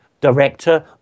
director